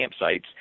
campsites